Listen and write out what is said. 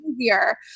easier